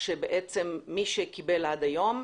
- מי שקיבל עד היום,